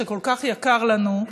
שכל כך יקר לנו,